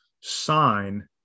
sign